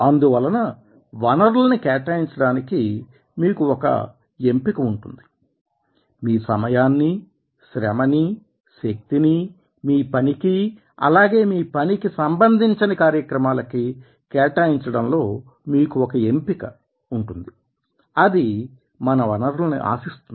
అందువలన వనరులని కేటాయించడానికి మీకు ఒక ఎంపిక ఉంటుంది మీ సమయాన్నీ శ్రమనీ శక్తినీ మీ పనికీ అలాగే మీ పనికి సంబంధించని కార్యక్రమాలకి కేటాయించడంలో మీకు ఒక ఎంపిక ఉంటుంది అది మన వనరులని ఆశిస్తుంది